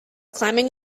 climbing